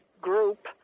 group